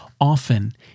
Often